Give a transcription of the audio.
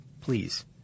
please